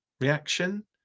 reaction